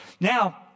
Now